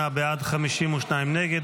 58 בעד, 52 נגד.